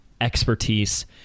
expertise